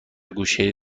گوشه